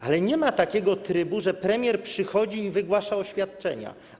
Ale nie ma takiego trybu, że premier przychodzi i wygłasza oświadczenia.